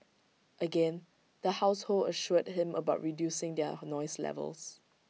again the household assured him about reducing their noise levels